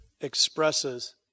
expresses